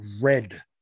red